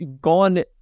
gone